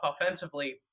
offensively